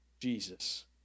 Jesus